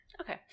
Okay